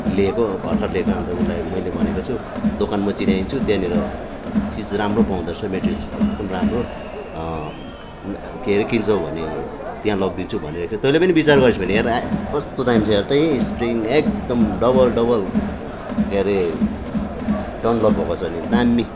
ल्याएको भरखर ल्याएको अन्त उसलाई मैले भनेको छु दोकान म चिनाइदिन्छु त्यहाँनिर चिज राम्रो पाउँदो रहेछ मेटेरियल्स एकदम राम्रो के अरे किन्छौ भने त्यहाँ लगिदिन्छु भनिराहेको छु तैँले पनि बिचार गरिस् भने हेर् आँ कस्तो दामी छ हेर् त इ स्प्रिङ एकदम डबल डबल के अरे डनलभ भएको छ नि दामी